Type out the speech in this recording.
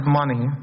money